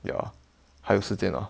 ya 还有时间 ah